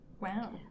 wow